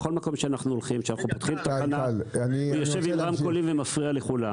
לכל מקום שאנחנו הולכים ופותחים תחנה הוא יושב עם רמקולים ומפריע לכולם.